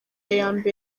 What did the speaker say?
intambara